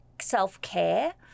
self-care